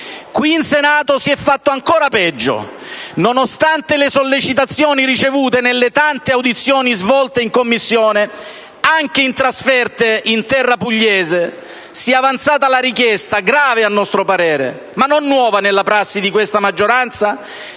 Qui in Senato si è fatto ancora peggio: nonostante le tante sollecitazioni ricevute nelle tante audizioni svolte in Commissione (anche in trasferta in terra pugliese) si è avanzata la richiesta - grave, a nostro parere, ma non nuova nella prassi di questa maggioranza